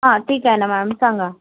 हां ठीक आहे ना मॅडम सांगा